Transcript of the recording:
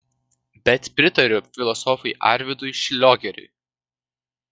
bet pritariu filosofui arvydui šliogeriui